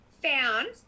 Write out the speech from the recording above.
found